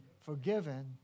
forgiven